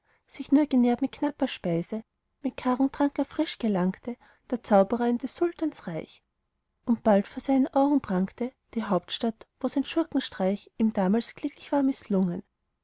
sich nur genährt mit knapper speise mit kargem trank erfrischt gelangte der zaubrer in des sultans reich und bald vor seinen augen prangte die hauptstadt wo sein schurkenstreich ihm damals kläglich war mißlungen